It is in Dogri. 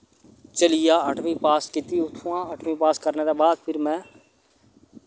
चली आ अट्ठमी पास कित्ती उत्थुआ अट्ठमी पास करने दे बाद फिर मैं